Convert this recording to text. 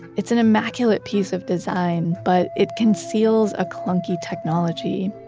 it's an immaculate piece of design, but it conceals a clunky technology.